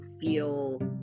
feel